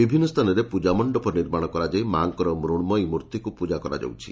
ବିଭିନ୍ନ ସ୍ଥାନରେ ପୂଜାମଣ୍ଡପ ନିର୍ମାଣ କରାଯାଇ ମା'ଙ୍କର ମୃଶ୍ମୟୀ ମୂର୍ଭିକୁ ପୂଜାକରାଯାଉଛି